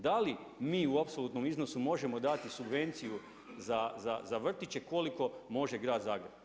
Da li mi u apsolutnom iznosu možemo dati subvenciju za vrtiće koliko može grad Zagreb?